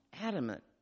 adamant